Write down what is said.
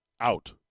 out